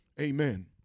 Amen